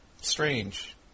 strange